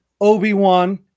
obi-wan